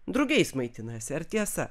drugiais maitinasi ar tiesa